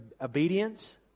obedience